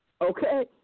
okay